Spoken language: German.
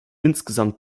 insgesamt